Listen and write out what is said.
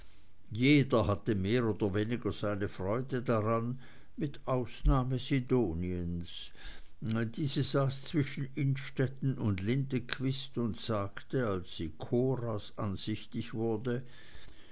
jeder hatte mehr oder weniger seine freude daran mit ausnahme sidoniens diese saß zwischen innstetten und lindequist und sagte als sie coras ansichtig wurde